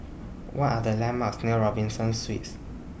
What Are The landmarks near Robinson Suites